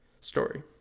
story